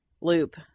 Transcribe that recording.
loop